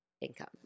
income